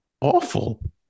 awful